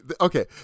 okay